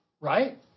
right